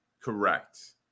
Correct